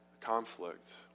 conflict